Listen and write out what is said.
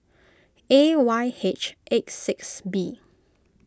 A Y H eight six B